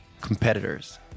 competitors